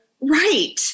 right